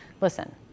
Listen